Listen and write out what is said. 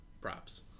props